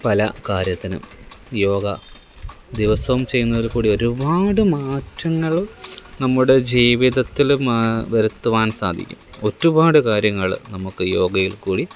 പല കാര്യത്തിനും യോഗ ദിവസവും ചെയ്യുന്നതില് കൂടി ഒരുപാട് മാറ്റങ്ങളും നമ്മുടെ ജീവിതത്തിലും വരുത്തുവാന് സാധിക്കും ഒരുപാട് കാര്യങ്ങൾ നമുക്ക് യോഗയില് കൂടി